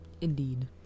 Indeed